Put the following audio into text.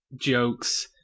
jokes